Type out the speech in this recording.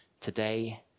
today